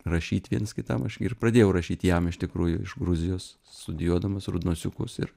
rašyt viens kitam aš gi ir pradėjau rašyt jam iš tikrųjų iš gruzijos studijuodamas rudnosiukus ir